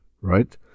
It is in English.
right